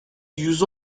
yüz